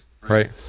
right